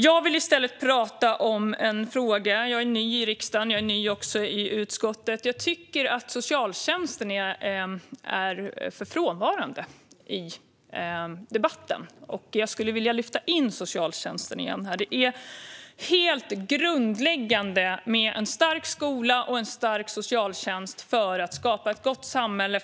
Jag är ny i riksdagen och i utskottet, och jag tycker att socialtjänsten är för frånvarande i debatten. Jag skulle därför vilja lyfta in socialtjänsten. En stark skola och en stark socialtjänst är helt grundläggande för att skapa ett gott samhälle.